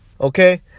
Okay